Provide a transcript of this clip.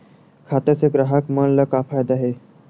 खाता से ग्राहक मन ला का फ़ायदा हे?